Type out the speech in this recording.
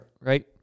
Right